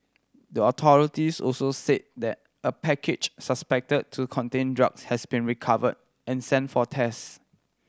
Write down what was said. the authorities also said that a package suspected to contain drugs had been recovered and sent for test